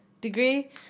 degree